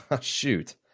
Shoot